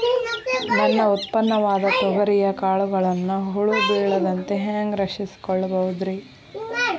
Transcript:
ನನ್ನ ಉತ್ಪನ್ನವಾದ ತೊಗರಿಯ ಕಾಳುಗಳನ್ನ ಹುಳ ಬೇಳದಂತೆ ಹ್ಯಾಂಗ ರಕ್ಷಿಸಿಕೊಳ್ಳಬಹುದರೇ?